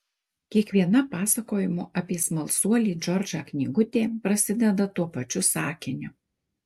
kiekviena pasakojimų apie smalsuolį džordžą knygutė prasideda tuo pačiu sakiniu